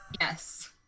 Yes